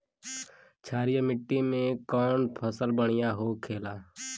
क्षारीय मिट्टी में कौन फसल बढ़ियां हो खेला?